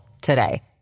today